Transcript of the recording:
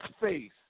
face